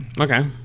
Okay